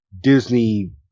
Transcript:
Disney